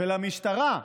ולמשטרה,